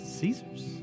Caesar's